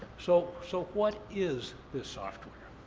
so so what is this software?